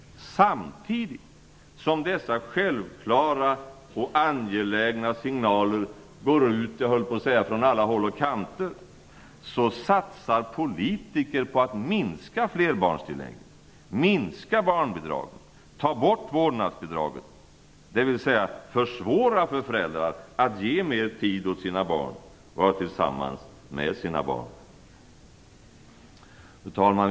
Samtidigt som dessa självklara och angelägna signaler går ut från alla håll och kanter, satsar politiker på att minska flerbarnstilläggen, minska barnbidragen, ta bort vårdnadsbidraget, dvs. försvåra för föräldrar att ge mer tid åt sina barn och vara mer tillsammans med sina barn. Fru talman!